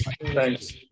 thanks